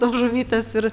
tos žuvytės ir